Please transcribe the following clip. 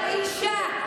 אבל אישה,